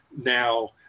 now